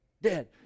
dead